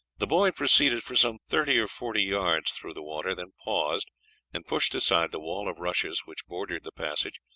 the boy proceeded for some thirty or forty yards through the water, then paused and pushed aside the wall of rushes which bordered the passage,